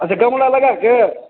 अच्छा गमला लगैके